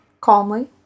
calmly